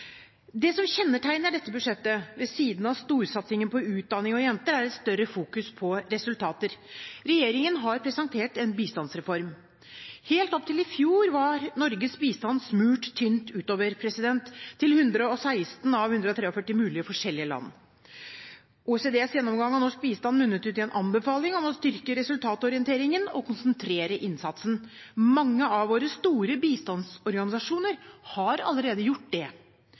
kr. Det som kjennetegner dette budsjettet – ved siden av storsatsing på utdanning og jenter – er en større fokusering på resultater. Regjeringen har presentert en bistandsreform. Helt fram til i fjor var Norges bistand smurt tynt utover – til 116 av 143 mulige land. OECDs gjennomgang av norsk bistand munnet ut i en anbefaling om å styrke resultatorienteringen og konsentrere innsatsen. Mange av våre store bistandsorganisasjoner har allerede gjort det.